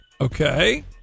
okay